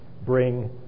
bring